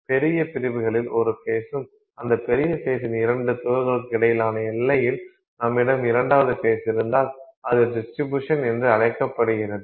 பெரிய பிரிவுகளில் ஒரு ஃபேஸும் அந்த பெரிய ஃபேஸின் இரண்டு துகள்களுக்கு இடையிலான எல்லையில் நம்மிடம் இரண்டாவது ஃபேஸ் இருந்தால் அது டிஸ்ட்ரிப்யுசன் என்று அழைக்கப்படுகிறது